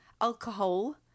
alcohol